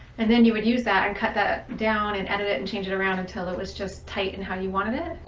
and then you would use that and cut that down and edit it and change it around until it was just tight and how you wanted it.